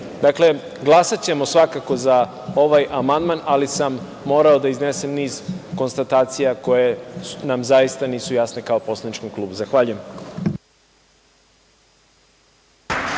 ne. Dakle, glasaćemo svakako za ovaj amandman, ali sam morao da iznesem niz konstatacija koje nam zaista nisu jasne kao poslaničkom klubu. Zahvaljujem.